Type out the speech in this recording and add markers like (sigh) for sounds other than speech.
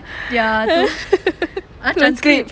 (noise) transcript